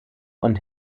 und